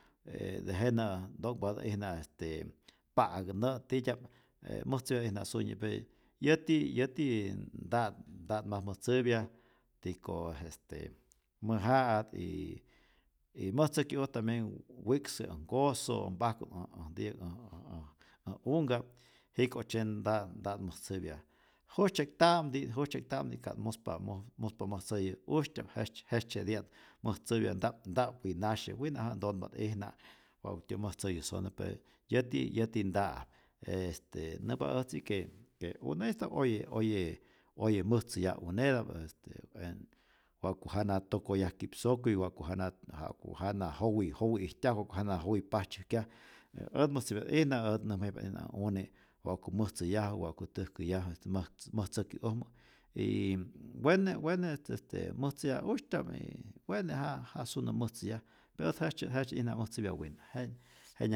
Ee tejenä nto'nhpatä'ijna este pa'ak nä' titya'p, mäjtzäpyatä'ijna sunyi, pe yäti yäti nta'at nta'at mas mäjtzäpya, tiko este mä'ja'at y y mäjtzäkyu'oj tambien wi'ksä äj nkoso, mpajku't ä ä nti'yäk ä ä äj ä unhka', jiko'tzye nta't nta'at mäjtzäpya, jujtzye'kta'mti jujtzye'kta'mti ka't muspa moj muspa mäjtzäyä usytya'p, jejtzye jejtzyeti'ap mäjtzäpya, nta'p nta'p winasye, wina' jä'ä ntonpa't'ijna wa'kutyä mäjtzäyu sone pe yäti yäti nta'ap, este nämpa äjtzi que que une'ista'p oye oye oye mäjtzäyaj uneta'p este en wa'ku jana tokoyaj kyi'psokyuy, wa'ku jana ja'ku jana jowi jowi ijtyaju, ja'ku jana jowi pajtzyäjkyaj, ät mäjtzäpya't'ijna, ät näjmayajpa't'ijna ä une wa'ku mäjtzäyaju, wa'ku täjkäyaju mäj mäjtzäkyu'ojmä y wene' wene' este mäjtzäya' usytya'p y wene ja ja sunä mäjtzäyaj pero ät jejtzye't jejtzye't'ija mäjtzäpya wina, je jenyanhk